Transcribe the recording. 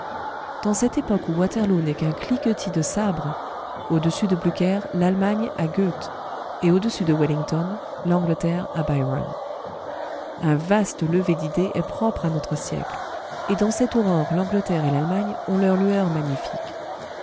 dans cette époque où waterloo n'est qu'un cliquetis de sabres au-dessus de blücher l'allemagne à goethe et au-dessus de wellington l'angleterre à byron un vaste lever d'idées est propre à notre siècle et dans cette aurore l'angleterre et l'allemagne ont leur lueur magnifique